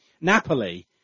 Napoli